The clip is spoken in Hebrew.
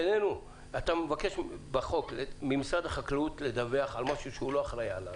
אתה מבקש בחוק ממשרד החקלאות לדווח על משהו שהוא לא אחראי עליו.